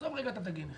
עזוב לרגע את התגים.